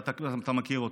אתה מכיר אותו.